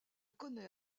connaît